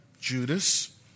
Judas